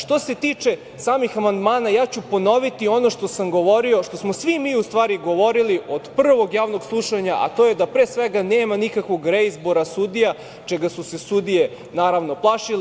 Što se tiče samih amandmana, ja ću ponoviti ono što sam govorio, što smo svi mi govorili od prvog javnog slušanja, a to je da pre svega nema nikakvog reizbora sudija, čega su se sudije, naravno plašile.